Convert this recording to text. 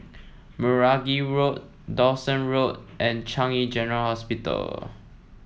Meragi Road Dawson Road and Changi General Hospital